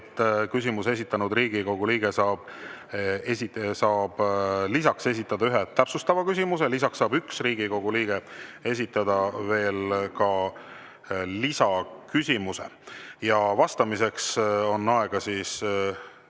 Küsimuse esitanud Riigikogu liige saab lisaks esitada ühe täpsustava küsimuse. Lisaks saab üks Riigikogu liige esitada veel ka lisaküsimuse. Vastamiseks on aega kolm